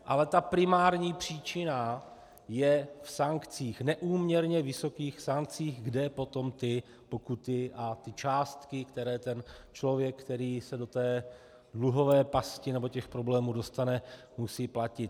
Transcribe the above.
Ale ta primární příčina je v sankcích, neúměrně vysokých sankcích, kde potom ty pokuty a částky, které člověk, který se do té dluhové pasti nebo těch problémů dostane, musí platit.